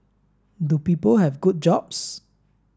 do people have good jobs